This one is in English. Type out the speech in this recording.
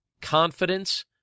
confidence